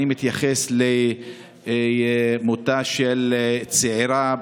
אני מתייחס למותה של צעירה,